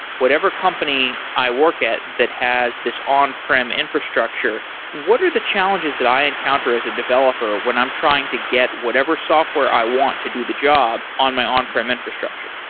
whatever company i work at that has this on-prem infrastructure. what are the challenges that i encounter as a developer when i'm trying to get whatever software i want to do the job on my on-prem infrastructure?